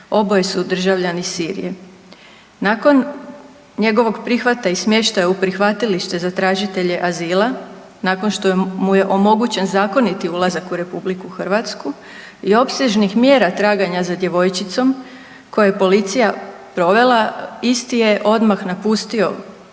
oboje su državljani Sirije. Nakon njegovog prihvata i smještaja u prihvatilište za tražitelje azila, nakon što mu je omogućen zakoniti ulazak u RH i opsežnih mjera traganja za djevojčicom koja je policija provela isti je odmah napustio,